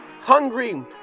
hungry